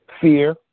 fear